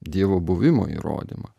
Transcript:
dievo buvimo įrodymą